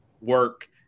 work